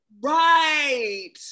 Right